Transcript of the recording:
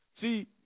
See